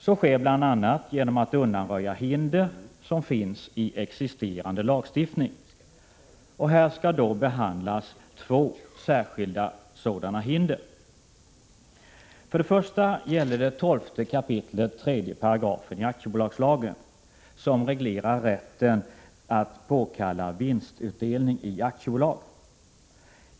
Så sker bl.a. genom att undanröja hinder som finns i existerande lagstiftning. Här skall behandlas två sådana särskilda hinder. För det första gäller det 12 kap. 3 § aktiebolagslagen, som reglerar rätten att påkalla vinstutdelning i aktiebolag.